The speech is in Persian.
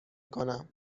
کنم